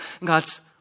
God's